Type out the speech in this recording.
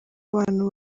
abantu